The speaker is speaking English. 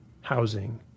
housing